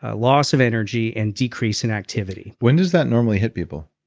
ah loss of energy and decrease in activity when does that normally hit people?